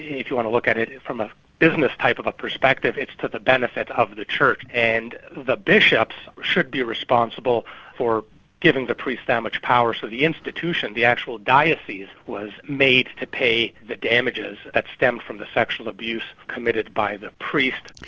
if you want to look at it from a business type of a perspective it's to the benefit of the church, and the bishops should be responsible for giving the priest that much power, so the institution, the actual diocese, was made to pay the damages that stemmed from the sexual abuse committed by the priest.